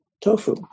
tofu